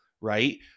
right